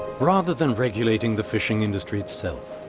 rather than regulating the fishing industry itself,